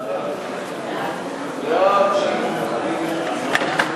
ההצעה להעביר את הצעת חוק קליטת חיילים משוחררים (תיקון,